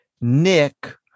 Nick